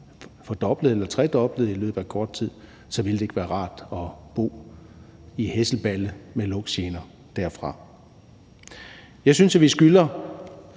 fordoblet eller tredoblet i løbet af kort tid, og at så ville det ikke være rart at bo i Hesselballe med lugtgener derfra. Jeg synes, at vi skylder